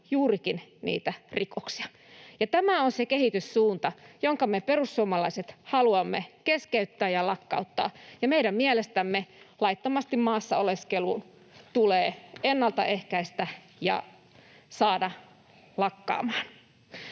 juurikin niitä rikoksia. Ja tämä on se kehityssuunta, jonka me perussuomalaiset haluamme keskeyttää ja lakkauttaa. Meidän mielestämme laittomasti maassa oleskelua tulee ennaltaehkäistä ja saada se lakkaamaan.